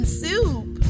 soup